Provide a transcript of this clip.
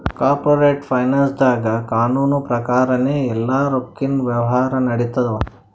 corporate ಫೈನಾನ್ಸ್ದಾಗ್ ಕಾನೂನ್ ಪ್ರಕಾರನೇ ಎಲ್ಲಾ ರೊಕ್ಕಿನ್ ವ್ಯವಹಾರ್ ನಡಿತ್ತವ